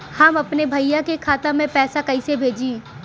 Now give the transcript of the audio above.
हम अपने भईया के खाता में पैसा कईसे भेजी?